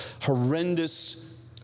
horrendous